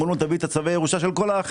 אומרים לו, תביא את צווי הירושה של כל האחים.